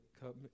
come